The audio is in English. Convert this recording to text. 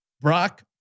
Brock